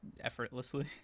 effortlessly